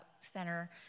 Center